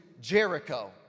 Jericho